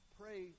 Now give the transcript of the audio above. pray